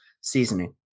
seasoning